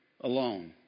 alone